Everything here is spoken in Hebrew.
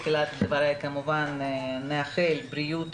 בתחילת דברי נאחל בריאות